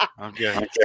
Okay